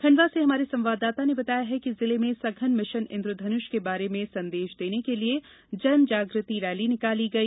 खंडवा से हमारे संवाददाता ने बताया कि जिले में सघन मिशन इंद्रधनुष के बारे में संदेश देने के लिये जनजाग्रति रैली निकाली गई